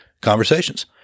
conversations